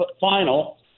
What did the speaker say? final